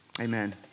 amen